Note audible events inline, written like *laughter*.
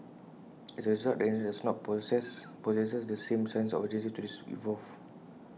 as A result the industry does not possess possess the same sense of urgency to this evolve *noise*